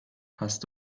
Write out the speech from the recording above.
hast